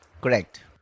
Correct